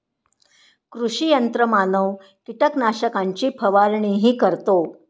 कृषी यंत्रमानव कीटकनाशकांची फवारणीही करतो